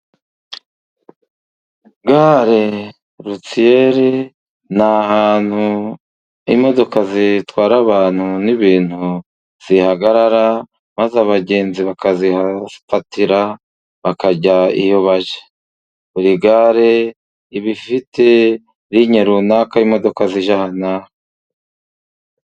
Gare rutsiyere ni ahantu imodoka zitwara abantu n'ibintu zihagarara, maze abagenzi bakazihafatira bakajya iyo bajya. Buri gare iba ifite linye runaka y'imodoka zijya aha n'ahantu.